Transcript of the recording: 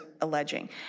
alleging